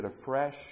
afresh